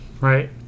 Right